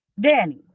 Danny